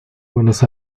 buenos